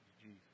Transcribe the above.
Jesus